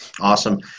Awesome